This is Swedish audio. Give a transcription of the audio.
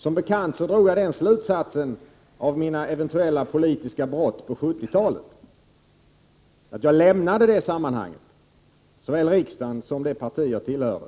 Som bekant drog jag den slutsatsen av mina eventuella politiska brott på 1970-talet att jag lämnade detta sammanhang, såväl riksdagen som det parti jag tillhörde.